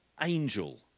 angel